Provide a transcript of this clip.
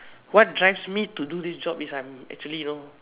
what drives me to do this job is I am actually know